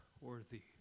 worthy